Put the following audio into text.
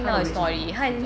他的 weight 是什么现在